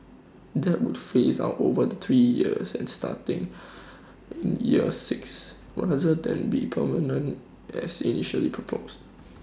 that would phase out over three years and starting in year six rather than be permanent as initially proposed